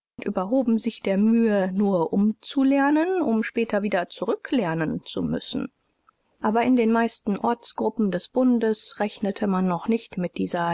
überhoben sich der mühe nur umzulernen um später wieder zurücklernen zu müssen aber in den meisten ortsgruppen des bundes rechnete man noch nicht mit dieser